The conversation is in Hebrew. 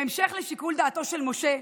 בהמשך לשיקול דעתו של משה,